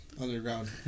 underground